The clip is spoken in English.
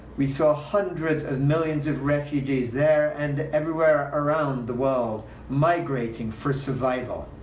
we saw hundreds of millions of refugees there and everywhere around the world migrating for survival.